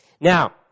Now